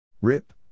Rip